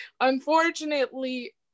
unfortunately